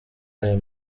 aya